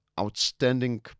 outstanding